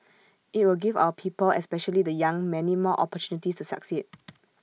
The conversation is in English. IT will give our people especially the young many more opportunities to succeed